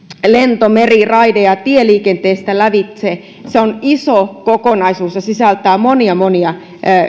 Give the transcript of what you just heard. lento meri raide ja tieliikenteestä lävitse se on iso kokonaisuus ja sisältää monia monia